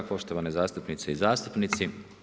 Poštovane zastupnice i zastupnici.